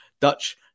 Dutch